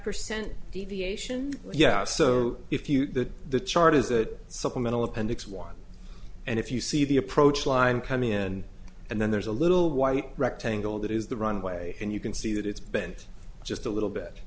percent deviation yeah so if you that the chart is that supplemental appendix one and if you see the approach line come in and then there's a little white rectangle that is the runway and you can see that it's bent just a little bit